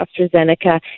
AstraZeneca